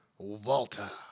Volta